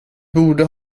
borde